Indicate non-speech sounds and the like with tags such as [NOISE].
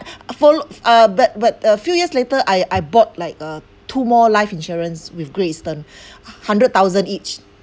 follow uh but but uh few years later I I bought like uh two more life insurance with great eastern [BREATH] hundred thousand each